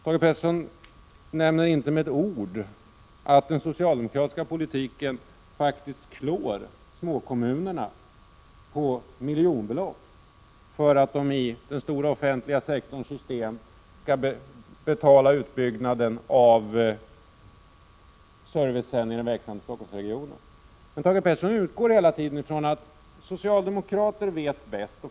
Thage Peterson nämner inte med ett ord att den socialdemokratiska politiken faktiskt klår småkommunerna på miljonbelopp för att de i den offentliga sektorns system skall betala utbyggnaden av servicen i den växande Stockholmsregionen. Thage Peterson utgår hela tiden ifrån att socialdemokrater vet bäst.